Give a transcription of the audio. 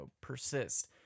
persist